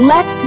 Let